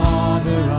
Father